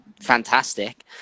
fantastic